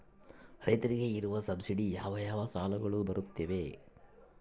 ರೈತರಿಗೆ ಇರುವ ಸಬ್ಸಿಡಿ ಯಾವ ಯಾವ ಸಾಲಗಳು ಬರುತ್ತವೆ?